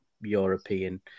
European